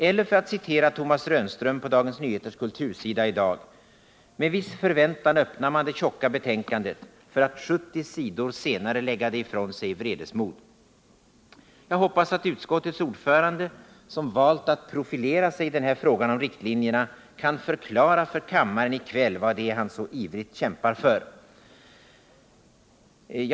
Eller för att citera Thomas Rönström på DN:s kultursida i dag: ”Med viss förväntan öppnar man det tjocka betänkandet, för att 70 sidor senare lägga det ifrån sig i vredesmod.” Jag hoppas att utskottets ordförande, som valt att profilera sig i frågan om riktlinjerna, i kväll kan förklara för kammaren vad det är han så ivrigt kämpar för.